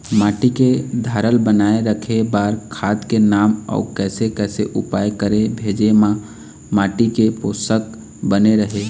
माटी के धारल बनाए रखे बार खाद के नाम अउ कैसे कैसे उपाय करें भेजे मा माटी के पोषक बने रहे?